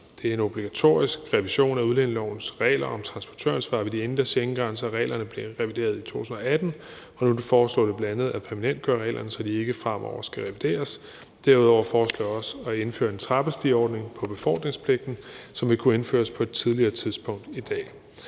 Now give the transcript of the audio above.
Det er en obligatorisk revision af udlændingelovens regler om transportøransvar ved de indre Schengengrænser, og reglerne blev revideret i 2018, og nu foreslås det bl.a. at permanentgøre reglerne, så de ikke fremover skal revideres. Derudover foreslås det at indføre en trappestigeordning for befordringspligten, som vil kunne indføres på et tidligere tidspunkt end